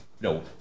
No